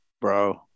bro